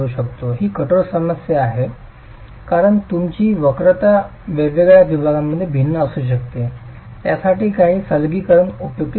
ही कठोर समस्या ही कठोर आहे कारण तुमची वक्रता वेगवेगळ्या विभागांमध्ये भिन्न असू शकते यासाठी काही सरलीकरण उपयुक्त ठरू शकते